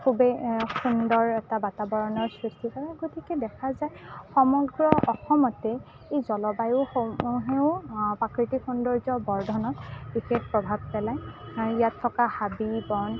খুবেই সুন্দৰ এটা বাতাৱৰণৰ সৃষ্টি কৰে গতিকে দেখা যায় সমগ্ৰ অসমতে এই জলবায়ুসমূহেও প্ৰাকৃতিক সৌন্দৰ্য বৰ্ধনত বিশেষ প্ৰভাৱ পেলায় ইয়াত থকা হাবি বন নৈ